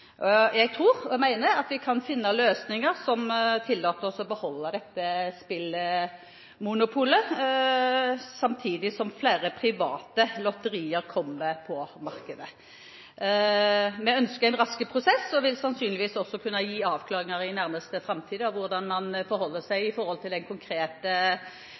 Jeg tror og mener at vi kan finne løsninger som tillater oss å beholde dette spillmonopolet, samtidig som flere private lotterier kommer på markedet. Vi ønsker en rask prosess, og vil sannsynligvis i nærmeste framtid kunne avklare hvordan man kan forholde seg til